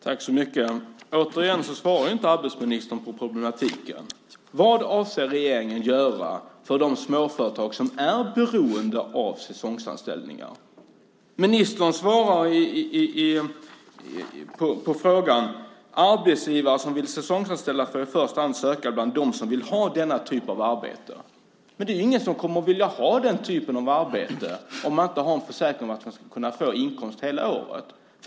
Herr talman! Återigen svarar inte arbetsmarknadsministern på problematiken. Vad avser regeringen att göra för de småföretag som är beroende av säsongsanställningar? Ministern svarar på frågan genom att säga att arbetsgivare som vill säsongsanställa i första hand får söka bland dem som vill ha denna typ av arbete. Men det är ingen som kommer att vilja ha den typen av arbete om de inte har en försäkran om en inkomst under hela året.